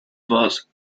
was